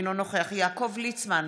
אינו נוכח יעקב ליצמן,